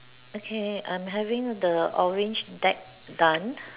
okay I'm having the orange deck done